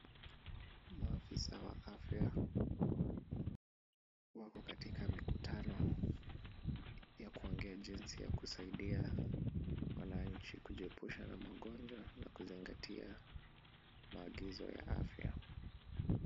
Maafisa wa afya, wako katika mikutano ya kuongea jinsi ya kusaidia wananchi jinsi ya kujiepusha na magonjwa na kuzingatia maagizo ya afya.